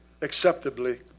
acceptably